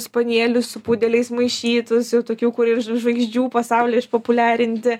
spanielius su pudeliais maišytus tokių kurie ž žvaigždžių pasauly išpopuliarinti